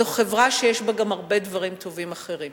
זו חברה שיש בה גם הרבה דברים טובים אחרים.